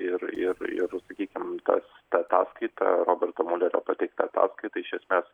ir ir ir sakykim tas ta ataskaita roberto miulerio pateikta ataskaita iš esmės